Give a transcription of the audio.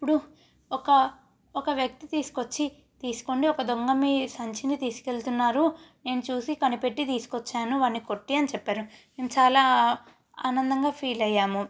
అప్పుడు ఒక ఒక వ్యక్తి తీసుకొచ్చి తీసుకోండి ఒక దొంగ మీ సంచిని తీసుకుని వెళ్తున్నారు నేను చూసి కనిపెట్టి తీసుకొచ్చాను వాడిని కొట్టి అని చెప్పారు మేము చాలా ఆనందంగా ఫీల్ అయ్యాము